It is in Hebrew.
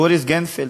בוריס גלפנד,